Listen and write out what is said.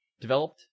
Developed